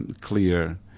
clear